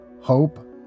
Hope